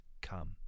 come